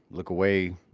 look away.